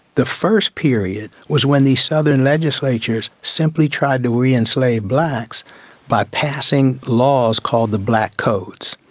the first period was when the southern legislatures simply tried to re-enslave blacks by passing laws called the black codes.